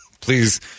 Please